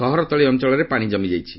ସହରତଳି ଅଞ୍ଚଳରେ ପାଣି ଜମିଯାଇଛି